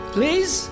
Please